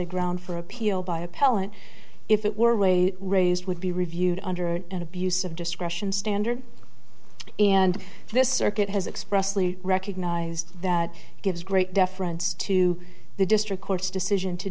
a ground for appeal by appellant if it were way raised would be reviewed under an abuse of discretion standard and this circuit has expressly recognized that it gives great deference to the district court's decision to